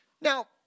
Now